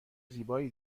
زیبایی